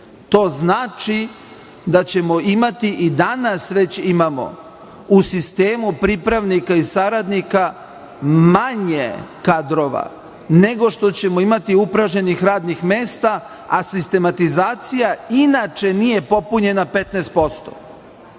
To znači da ćemo imati i danas već imamo u sistemu pripravnika i saradnika manje kadrova nego što ćemo imati upražnjenih radnih mesta, a sistematizacija inače nije popunjena